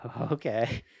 Okay